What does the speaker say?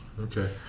Okay